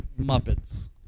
Muppets